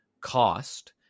cost